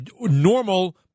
normal